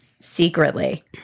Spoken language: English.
secretly